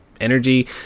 energy